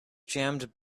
jammed